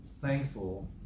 thankful